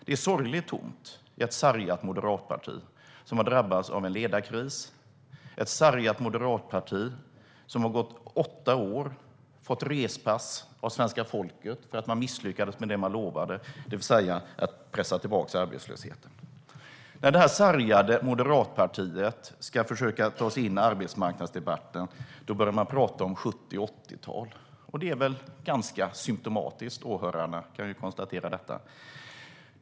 Det är sorgligt tomt i ett sargat moderatparti som har drabbats av en ledarkris, ett sargat moderatparti som efter åtta år fick respass av svenska folket för att man misslyckades med det man lovade, det vill säga att pressa tillbaka arbetslösheten. När det här sargade moderatpartiet ska försöka ta sig in i arbetsmarknadsdebatten börjar man prata om 70 och 80-tal. Det är väl ganska symtomatiskt - åhörarna kan konstatera detta.